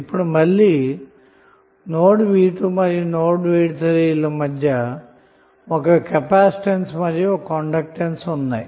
ఇప్పుడు మళ్ళీ node v2 మరియు నోడ్ v3 ల మధ్య ఒక కెపాసిటెన్స్ మరియు ఒక కండక్టెన్స్ కలవు